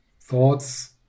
thoughts